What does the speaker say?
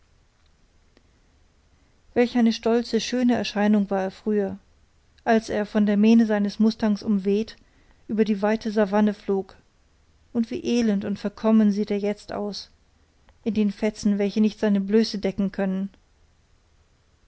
welch eine stolze schöne erscheinung war er früher als er von der mähne seines mustangs umweht über die weite savanne flog und wie elend und verkommen sieht er jetzt aus in den fetzen welche nicht seine blöße decken können